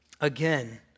Again